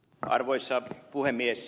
arvoisa puhemies